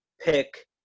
pick